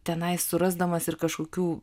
tenai surasdamas ir kažkokių